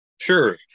Sure